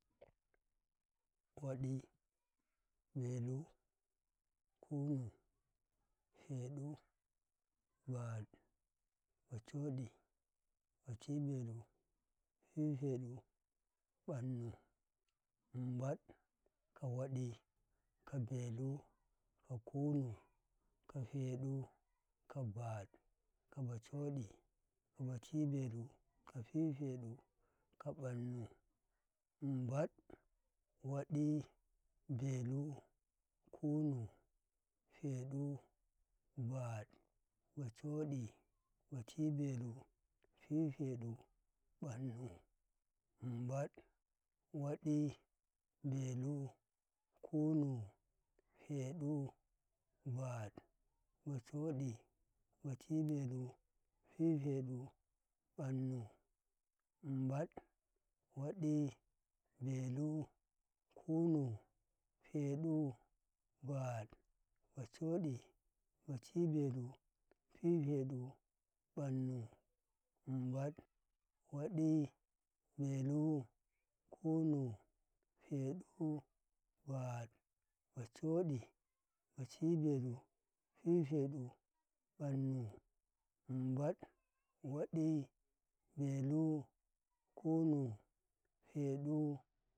waɗi, belu, kunu, peɗu, baɗ, bacodi, baci"yelu, pipe ɗu, ɓonnu, mum bad, ka waɗi, ka belu, ka kunu, ka peɗu, ka baɗ, ka bacoɗi, ka baci belu, ka pipe ɗu, ka ɓonnu, mum bad, waɗi, belu, kunu, peɗu, bad, ba codi, ba ci belu, pipe ɗu, ɓonnu, mum bad, waɗi, belu, kunu, peɗu, bad, bacoɗi, baci belu, pipe ɗu, ɓonnu, mum bad, waɗi, belu, kunu, peɗu, bad, bacoɗi, baci belu, pipeɗu ɓonnu, mumbad waɗi, belu, kunu, peɗu.